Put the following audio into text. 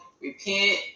repent